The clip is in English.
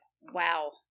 Wow